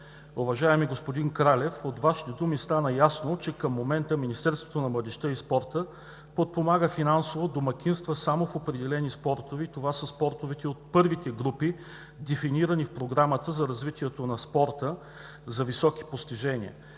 Уважаеми господин Кралев, от Вашите думи стана ясно, че към момента Министерството на младежта и спорта подпомага финансово домакинства само в определени спортове и това са спортовете от първите групи, дефинирани в Програмата за развитието на спорта за високи постижения.